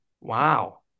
Wow